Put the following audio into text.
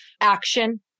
action